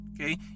okay